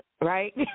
right